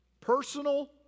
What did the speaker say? personal